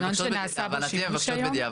אבל את זה הן מבקשות בדיעבד.